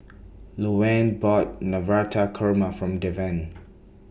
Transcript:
Louann bought Navratan Korma from Deven